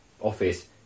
office